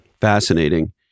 Fascinating